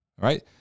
right